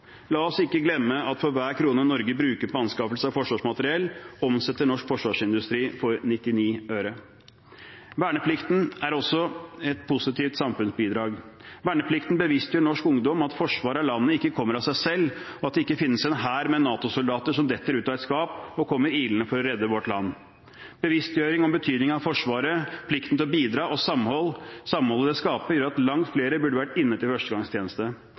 La oss ikke glemme at for hver krone Norge bruker på anskaffelse av forsvarsmateriell, omsetter norsk forsvarsindustri for 99 øre. Verneplikten er også et positivt samfunnsbidrag. Verneplikten bevisstgjør norsk ungdom på at forsvar av landet ikke kommer av seg selv, og at det ikke finnes en hær med NATO-soldater som detter ut av et skap og kommer ilende for å redde vårt land. Bevisstgjøring om betydningen av Forsvaret, plikten til å bidra og samholdet det skaper, gjør at langt flere burde vært inne til førstegangstjeneste.